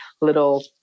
little